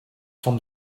from